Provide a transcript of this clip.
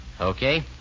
Okay